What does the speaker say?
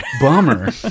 Bummer